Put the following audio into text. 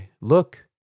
look